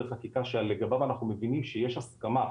חקיקה שלגביו אנחנו מבינים שיש הסכמה,